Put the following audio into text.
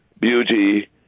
beauty